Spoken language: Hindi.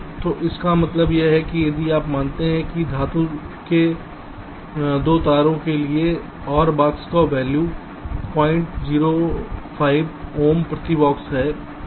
तो इसका मतलब यह है कि यदि आप मानते हैं कि धातु के 2 तार के लिए R बॉक्स का वैल्यू 005 ओम प्रति बॉक्स है